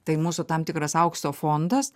tai mūsų tam tikras aukso fondas